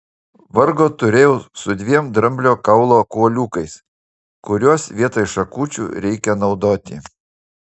vargo turėjau su dviem dramblio kaulo kuoliukais kuriuos vietoj šakučių reikia naudoti